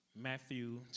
Matthew